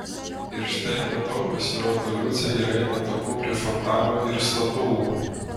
ir štai matau pasirodo liucė ir eina taku prie fontano ir statulų